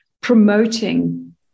promoting